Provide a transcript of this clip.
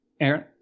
Aaron